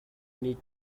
need